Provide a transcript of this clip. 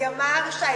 לימ"ר ש"י,